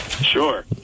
Sure